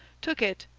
took it,